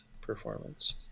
performance